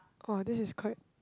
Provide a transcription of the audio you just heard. oh this is quite